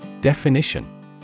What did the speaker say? Definition